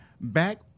Back